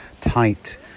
tight